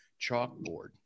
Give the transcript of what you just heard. chalkboard